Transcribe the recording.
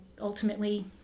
ultimately